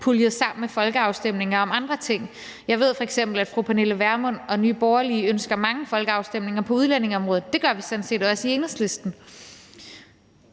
puljer den med folkeafstemninger om andre ting. Jeg ved f.eks., at fru Pernille Vermund og Nye Borgerlige ønsker mange folkeafstemninger på udlændingeområdet, og det gør vi sådan set også i Enhedslisten.